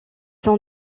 son